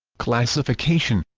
classification